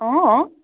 অঁ অঁ